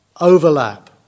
overlap